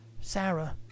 Sarah